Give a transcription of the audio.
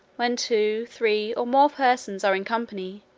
when two, three, or more persons are in company,